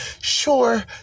Sure